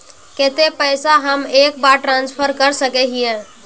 केते पैसा हम एक बार ट्रांसफर कर सके हीये?